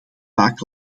vaak